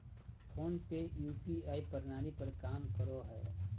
phone पे UPI प्रणाली पर काम करो हय